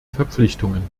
verpflichtungen